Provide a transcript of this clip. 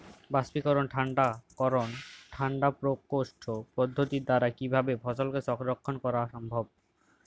বাষ্পীকরন ঠান্ডা করণ ঠান্ডা প্রকোষ্ঠ পদ্ধতির দ্বারা কিভাবে ফসলকে সংরক্ষণ করা সম্ভব?